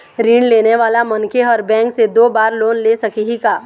ऋण लेने वाला मनखे हर बैंक से दो बार लोन ले सकही का?